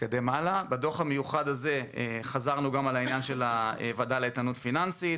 בדוח המיוחד הזה חזרנו גם על עניין הוועדה לאיתנות פיננסית.